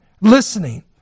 listening